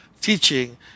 teaching